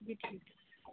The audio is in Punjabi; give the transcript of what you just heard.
ਜੀ ਠੀਕ